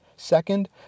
Second